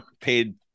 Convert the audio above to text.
paid